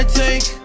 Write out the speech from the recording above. take